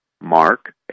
Mark